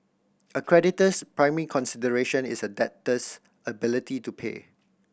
a creditor's primary consideration is a debtor's ability to pay